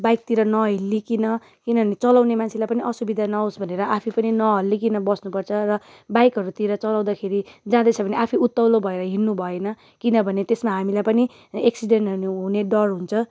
बाइकतिर नहल्लिकिन किनभने चलाउने मान्छेलाई पनि असुविधा नहोस् भनेर आफै पनि नहल्लिकिन बस्नुपर्छ र बाइकहरूतिर चलाउँदाखेरि जाँदैछ भने आफै उत्ताउलो भएर हिँड्नु भएन किनभने त्यसमा हामीले पनि एक्सिडेन्टहरू हुने डर हुन्छ